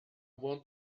want